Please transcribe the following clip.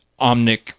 Omnic